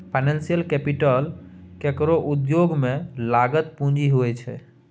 financial capital केकरो उद्योग में लागल पूँजी होइ छै